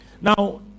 Now